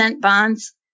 bonds